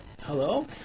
Hello